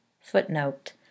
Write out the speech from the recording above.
Footnote